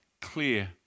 clear